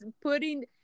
putting